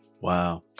Wow